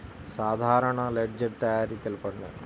సాధారణ లెడ్జెర్ తయారి తెలుపండి?